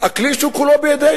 הכלי שהוא כולו בידינו,